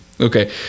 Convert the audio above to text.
okay